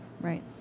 Right